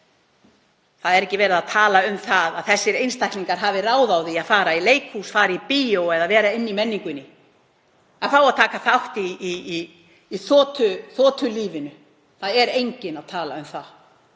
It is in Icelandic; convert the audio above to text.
ekki verið að tala um að þessir einstaklingar hafi ráð á því að fara í leikhús, í bíó eða sækja menningarviðburði, að fá að taka þátt í þotulífinu, það er enginn að tala um það.